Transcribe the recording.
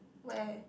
where